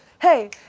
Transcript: Hey